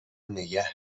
نگه